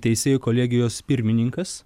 teisėjų kolegijos pirmininkas